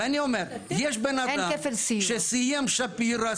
ואני אומר, יש בן אדם שסיים שפירא.